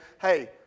hey